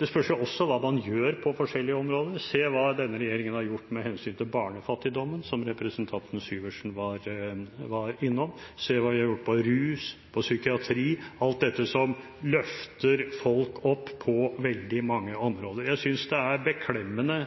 Det spørs også hva man gjør på forskjellige områder. Se hva denne regjeringen har gjort med hensyn til barnefattigdommen, som representanten Syversen var innom. Se hva vi har gjort på rusområdet, i psykiatrien – alt dette som løfter folk opp på veldig mange områder. Jeg synes det er beklemmende